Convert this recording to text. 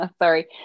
Sorry